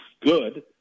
good